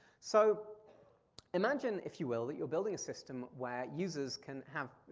so imagine, if you will, that you're building a system where users can have,